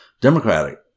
Democratic